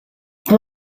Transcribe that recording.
può